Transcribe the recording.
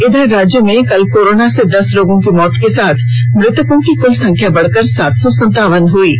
इधर राज्य में कल कोरोना से दस लोगों की मौत के साथ मृतकों की कुल संख्या बढ़कर सात सौ सन्तावन पहुंच गई है